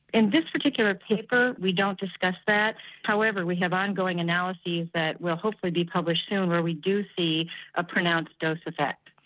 in this particular paper we don't discuss that however we have ongoing analysis that will hopefully be published soon where we do see a pronounced dose effect.